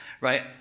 right